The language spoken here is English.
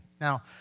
Now